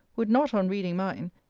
would not on reading mine,